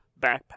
backpack